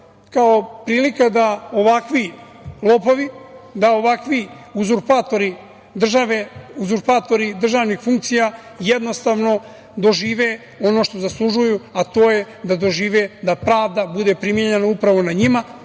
kao prilika da ovakvi lopovi, da ovakvi uzurpatori države, uzurpatori državnih funkcija, jednostavno dožive ono što zaslužuju, a to je da dožive da pravda bude primenjena upravo na njima